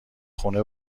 خونه